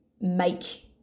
make